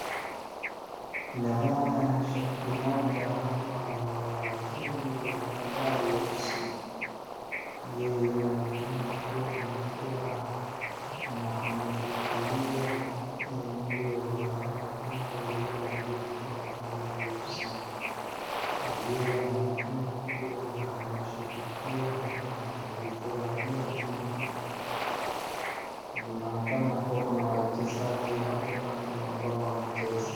Ninamwona shabiki mmoja hapa wa timu la Bandari FC. Yeye anaonekana kuwa ana furaha na ameshikilia nguo ama bango lililoandikwa bandari FC. Yeye anaonekana kuwa anashabikia ama analifurahia timu hiki. Linaonekana kuwa kuna wachezaji hapo kando ambao wanacheza.